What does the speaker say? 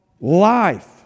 life